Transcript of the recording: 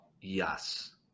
yes